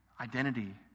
identity